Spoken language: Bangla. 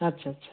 আচ্ছা আচ্ছা